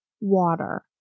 Water